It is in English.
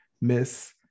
miss